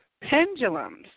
pendulums